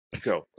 Go